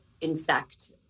insect